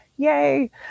Yay